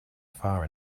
far